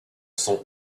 sont